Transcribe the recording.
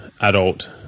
adult